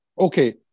okay